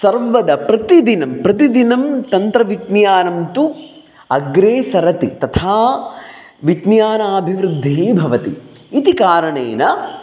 सर्वदा प्रतिदिनं प्रतिदिनं तन्त्रविज्ञानं तु अग्रे सरति तथा विज्ञानाभिवृद्धिः भवति इति कारणेन